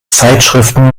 zeitschriften